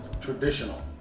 traditional